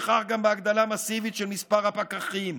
יש הכרח גם בהגדלה מסיבית של מספר הפקחים,